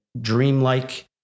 dreamlike